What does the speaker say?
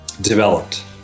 developed